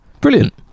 Brilliant